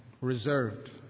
reserved